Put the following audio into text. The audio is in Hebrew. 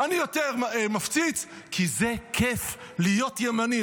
אני יותר מפציץ, כי זה כיף להיות ימני.